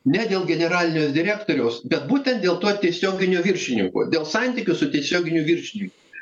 ne dėl generalinio direktoriaus bet būtent dėl to tiesioginio viršininko dėl santykių su tiesioginiu viršininku